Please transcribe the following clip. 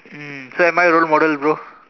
mm so am I a role model bro